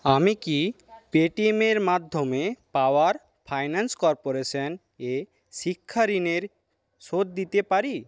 আমি কি পে টি এমের মাধ্যমে পাওয়ার ফাইন্যান্স কর্পোরেশনে শিক্ষা ঋণের শোধ দিতে পারি